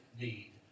need